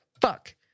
fuck